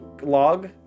log